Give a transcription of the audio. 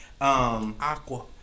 aqua